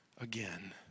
again